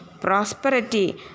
Prosperity